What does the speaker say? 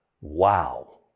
Wow